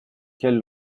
quelle